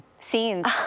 Scenes